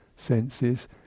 senses